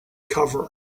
cover